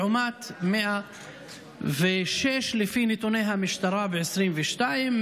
לעומת 106 לפי נתוני המשטרה ב-2022,